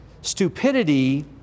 stupidity